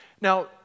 Now